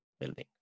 building